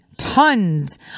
Tons